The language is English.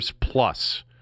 plus